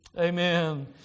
Amen